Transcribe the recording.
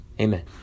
Amen